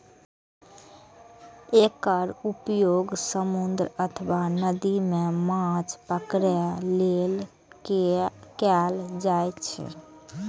एकर उपयोग समुद्र अथवा नदी मे माछ पकड़ै लेल कैल जाइ छै